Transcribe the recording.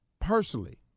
personally